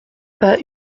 pas